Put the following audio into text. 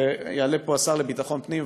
ויעלה פה השר לביטחון הפנים,